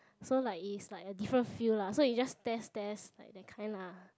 so like is like a different feel lah so you just test test like that kind lah